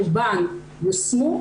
רובן יושמו,